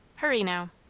hurry, now.